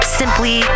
simply